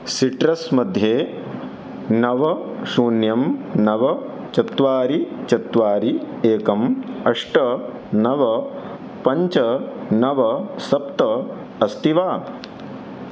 citrus मध्ये नव शून्यं नव चत्वारि चत्वारि एकम् अष्ट नव पञ्च नव सप्त अस्ति वा